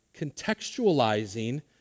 contextualizing